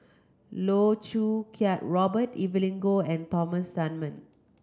Loh Choo Kiat Robert Evelyn Goh and Thomas Dunman